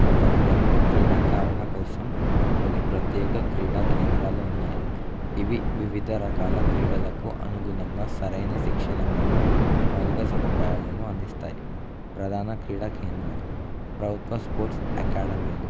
మా ప్రాంతంలో క్రీడాకారుల కోసం కొన్ని ప్రత్యేక క్రీడా కేంద్రాలు ఉన్నాయి ఇవి వివిధ రకాల క్రీడలకు అనుగుణంగా సరైన శిక్షణ మరియు మౌలిక సదుపాయాలను అందిస్తాయి ప్రధాన క్రీడా కేంద్రాలు ప్రభుత్వ స్పోర్ట్స్ అకాడమీలు